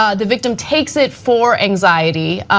um the victim takes it for anxiety.